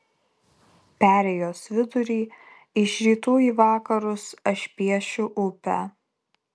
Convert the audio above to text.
perėjos vidurį iš rytų į vakarus aš piešiu upę